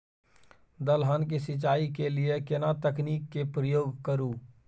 दलहन के सिंचाई के लिए केना तकनीक के प्रयोग करू?